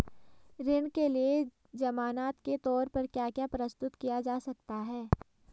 ऋण के लिए ज़मानात के तोर पर क्या क्या प्रस्तुत किया जा सकता है?